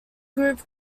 group